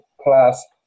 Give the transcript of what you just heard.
plus